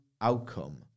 outcome